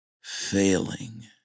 failing